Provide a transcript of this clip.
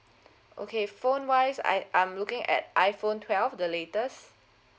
okay phone wise I I'm looking at iphone twelve the latest